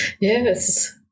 Yes